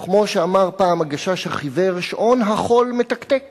וכמו שאמרו פעם "הגשש החיוור", שעון החול מתקתק